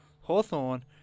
Hawthorne